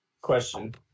Question